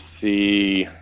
see